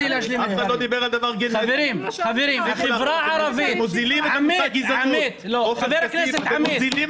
אתם מוזילים את המושג גזענות, מוזילים